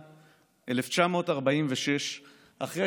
הפשיזם, שזוחל